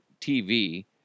TV